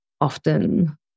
often